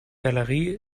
galerie